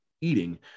eating